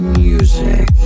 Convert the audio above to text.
music